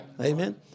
Amen